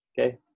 okay